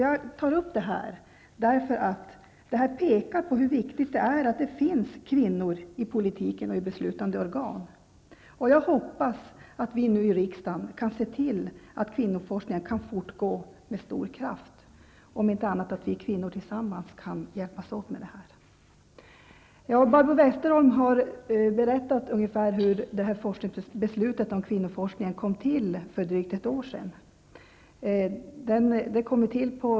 Jag tar upp det därför att det pekar på hur viktigt det är att det finns kvinnor i politiken och i beslutande organ. Jag hoppas att vi nu i riksdagen kan se till att kvinnoforskningen kan fortgå med stor kraft -- om inte annat att vi kvinnor tillsammans hjälps åt med detta. Barbro Westerholm har berättat ungefär hur det här beslutet om kvinnoforskningen kom till för drygt två år sedan.